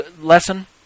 lesson